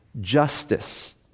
justice